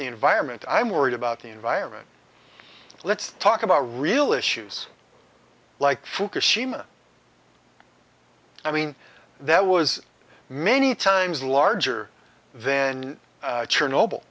the environment i'm worried about the environment let's talk about real issues like fukushima i mean that was many times larger then chernobyl